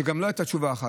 זו גם לא הייתה תשובה אחת,